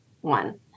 one